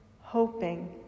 hoping